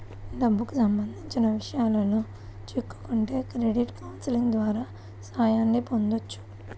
డబ్బుకి సంబంధించిన విషయాల్లో చిక్కుకుంటే క్రెడిట్ కౌన్సిలింగ్ ద్వారా సాయాన్ని పొందొచ్చు